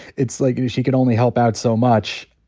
it's like, she could only help out so much.